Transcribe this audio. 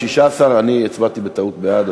16. אני הצבעתי בטעות בעד,